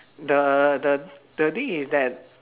the the the thing is that